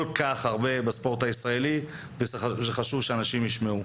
כך הרבה בספורט הישראלי וזה חשוב שאנשים ישמעו.